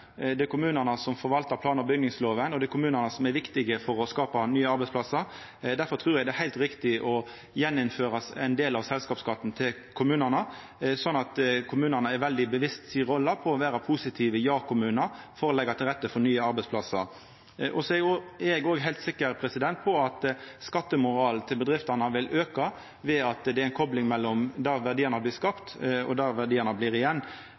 veit at kommunane har ei nøkkelrolle. Det er dei som forvaltar plan- og bygningslova, og det er kommunane som er viktige for å skapa nye arbeidsplassar. Derfor trur eg det er heilt riktig å gjeninnføra ein del av selskapsskatten til kommunane, slik at dei blir veldig bevisste på si rolle som positive ja-kommunar for å leggja til rette for nye arbeidsplassar. Eg er òg heilt sikker på at skattemoralen til bedriftene vil bli styrkt ved at det er ei kopling mellom der verdiane blir skapte, og der verdiane blir igjen.